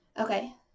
Okay